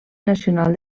nacional